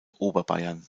oberbayern